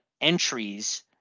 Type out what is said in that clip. entries